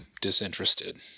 disinterested